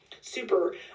super